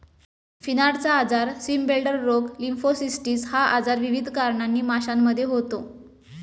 फिनार्टचा आजार, स्विमब्लेडर रोग, लिम्फोसिस्टिस हा आजार विविध कारणांनी माशांमध्ये होतो